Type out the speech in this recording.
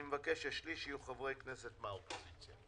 אני מבקש ששליש יהיו חברי כנסת מהאופוזיציה.